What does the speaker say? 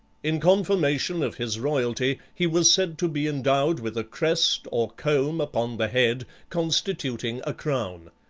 in confirmation of his royalty, he was said to be endowed with a crest, or comb upon the head, constituting a crown.